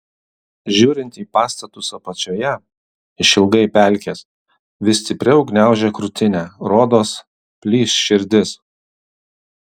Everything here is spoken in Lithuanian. žiūrint į pastatus apačioje išilgai pelkės vis stipriau gniaužia krūtinę rodos plyš širdis